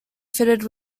fitted